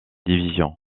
division